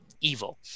evil